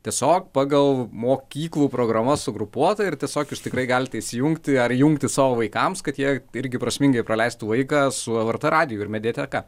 tiesiog pagal mokyklų programas sugrupuota ir tiesiog jūs tikrai galite įsijungti ar įjungti savo vaikams kad jie irgi prasmingai praleistų laiką su lrt radiju ir mediateka